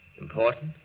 Important